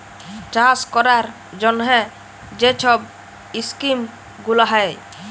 চাষ ক্যরার জ্যনহে যে ছব ইকলমিক্স গুলা হ্যয়